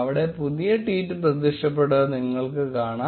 അവിടെ പുതിയ ട്വീറ്റ് പ്രത്യക്ഷപ്പെട്ടത് നിങ്ങൾക്ക് കാണാം